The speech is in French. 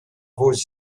vos